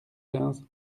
quinze